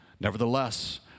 Nevertheless